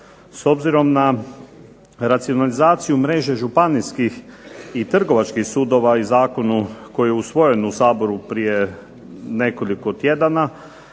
S obzirom na racionalizaciju mreže županijskih i trgovačkih sudova i zakonu koji je usvojen u Saboru prije nekoliko tjedana